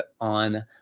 on